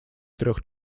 трёх